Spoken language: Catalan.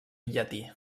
llatí